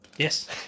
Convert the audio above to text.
Yes